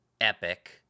Epic